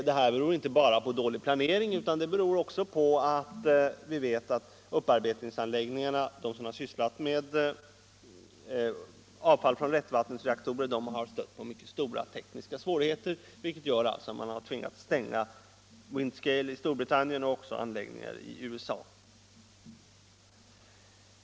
Detta beror inte bara på dålig planering utan också på att de upparbetningsanläggningar som har sysslat med avfall från lättvattensreaktorer har stött på mycket stora tekniska svårigheter, vilket har gjort att man har tvingats stänga Windscale i Storbritannien och också anläggningar i USA.